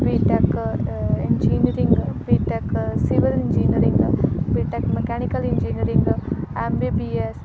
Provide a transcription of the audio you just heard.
BTech engineering BTech civil engineering BTech mechanical engineering M B B S